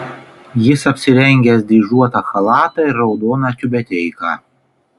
jis apsirengęs dryžuotą chalatą ir raudoną tiubeteiką